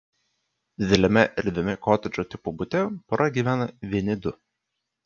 dideliame erdviame kotedžo tipo bute pora gyvena vieni du